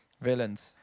Villains